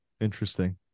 Interesting